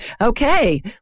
Okay